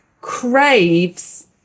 craves